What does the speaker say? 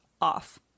off